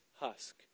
husk